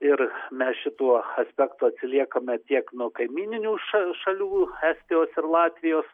ir mes šituo aspektu atsiliekame tiek nuo kaimyninių ša šalių estijos ir latvijos